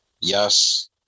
Yes